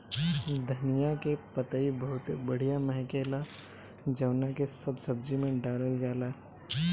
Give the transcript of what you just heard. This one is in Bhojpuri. धनिया के पतइ बहुते बढ़िया महके ला जवना के सब सब्जी में डालल जाला